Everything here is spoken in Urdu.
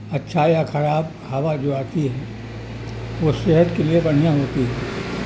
اچھا یا خراب ہوا جو آتی ہے وہ صحت کے لیے بڑھیا ہوتی ہے